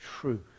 truth